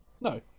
No